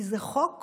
כי זה חוק